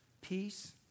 Peace